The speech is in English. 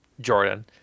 Jordan